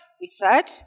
research